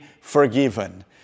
forgiven